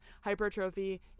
hypertrophy